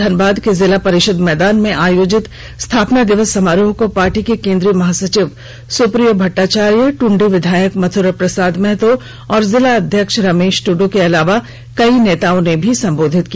धनबाद के जिला परिषद मैदान में आयोजित स्थापना दिवस समारोह को पार्टी के केंद्रीय महासचिव सुप्रियो भट्टाचार्य ट्रंडी विधायक मथुरा प्रसाद महतो और जिला अध्यक्ष रमेश टूड् के अलावे कई नेताओं ने भी संबोधित किया